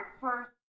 first